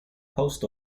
post